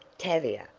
tavia!